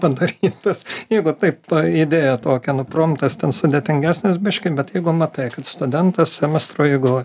padarytas jeigu taip idėja tokia nu promtas ten sudėtingesnis biškį bet jeigu matai kad studentas semestro eigoj